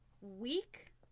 week